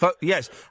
Yes